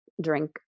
drink